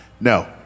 No